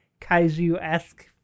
Kaiju-esque